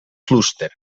clúster